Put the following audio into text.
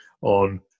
on